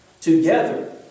together